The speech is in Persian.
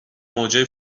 موجب